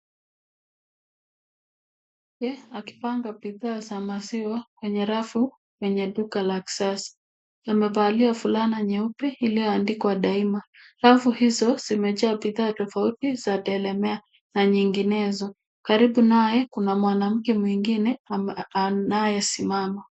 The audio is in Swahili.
Akipanga bidhaa za maziwa kwenye rafu kwenye dula la kisasa, amevalia fulana nyeupe iliyo andikwa daima. Rafu hizo zimejaa bidhaa tofauti za delamea na nyinginezo. Karibu naye kuna mwanamke mwingine anayesimama.